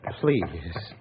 please